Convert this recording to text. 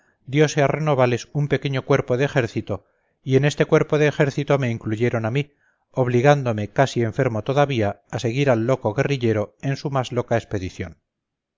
diose a renovales un pequeño cuerpo de ejército y en este cuerpo de ejército me incluyeron a mí obligándome casi enfermo todavía a seguir al loco guerrillero en su más loca expedición